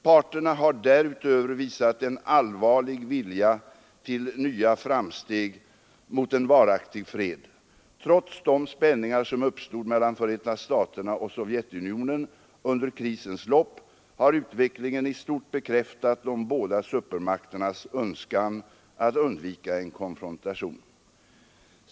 Parterna har därutöver visat en allvarlig vilja till nya framsteg mot en varaktig fred. Trots de spänningar som uppstod mellan Förenta staterna och Sovjetunionen under krisens lopp har utvecklingen i stort bekräftat de båda supermakternas önskan att undvika en konfrontation.